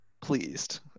pleased